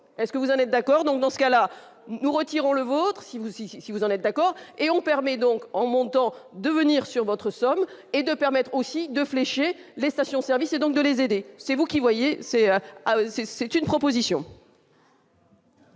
est-ce que vous allez, d'accord, donc dans ce cas-là, nous retirons le vôtre si vous si, si vous en êtes d'accord et on permet donc en montant de venir sur votre sol et de permettre aussi de flécher les stations-service et donc de les aider, c'est vous qui voyez, c'est à eux, c'est,